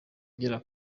igera